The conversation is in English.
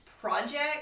project